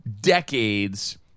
decades